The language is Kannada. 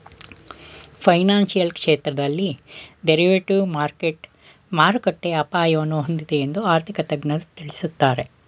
ಫೈನಾನ್ಸಿಯಲ್ ಕ್ಷೇತ್ರದಲ್ಲಿ ಡೆರಿವೇಟಿವ್ ಮಾರ್ಕೆಟ್ ಮಾರುಕಟ್ಟೆಯ ಅಪಾಯವನ್ನು ಹೊಂದಿದೆ ಎಂದು ಆರ್ಥಿಕ ತಜ್ಞರು ತಿಳಿಸುತ್ತಾರೆ